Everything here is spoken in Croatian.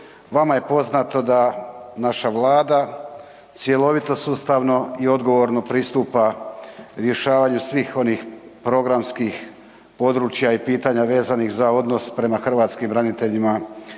Vama je poznato da naša Vlada cjelovito sustavno i odgovorno pristupa rješavanju svih onih programskih područja i pitanja vezanih za odnos prema hrvatskim braniteljima